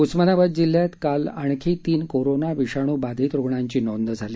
उस्मानाबाद जिल्ह्यात काल आणखी तीन कोरोना विषाणू बाधित रुग्णांची नोंद झाली